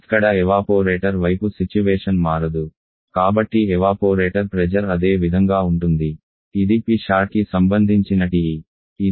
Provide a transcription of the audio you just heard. ఇక్కడ ఎవాపోరేటర్ వైపు సిచ్యువేషన్ మారదు కాబట్టి ఎవాపోరేటర్ ప్రెజర్ అదే విధంగా ఉంటుంది ఇది Psat కి సంబంధించిన TE